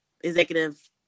executive